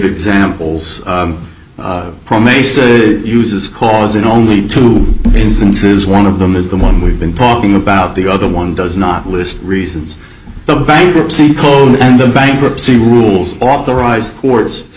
examples from a set uses cause in only two instances one of them is the one we've been talking about the other one does not list reasons the bankruptcy code and the bankruptcy rules authorize courts